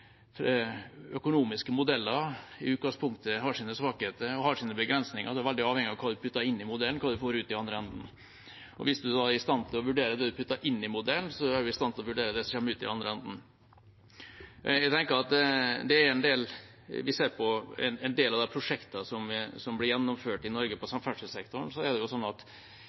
økonomiske modeller i utgangspunktet har sine svakheter og sine begrensninger. Hva man får ut, er veldig avhengig av hva man putter inn i modellen. Hvis man er i stand til å vurdere hva man putter inn i en modell, er man i stand til å vurdere det som kommer ut i den andre enden. Når vi ser på en del av prosjektene som blir gjennomført i Norge på samferdselssektoren, er det slik at